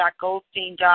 Goldstein